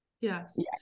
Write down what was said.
Yes